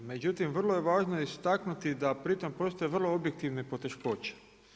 Međutim vrlo je važno istaknuti da pri tome postoje vrlo objektivne poteškoće.